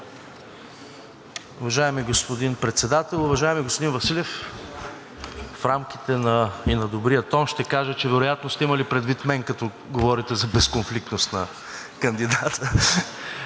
Уважаеми господин Председател! Уважаеми господин Василев, в рамките на добрия тон ще кажа, че вероятно сте имали предвид мен, като говорите за безконфликтност на кандидата.